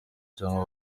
cyangwa